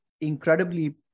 incredibly